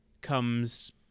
comes